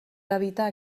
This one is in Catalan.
evitar